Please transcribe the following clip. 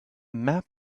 map